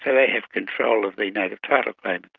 ah they have control of the native title claim